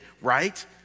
right